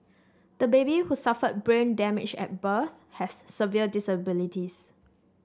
the baby who suffered brain damage at birth has severe disabilities